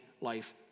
life